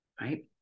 right